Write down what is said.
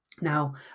Now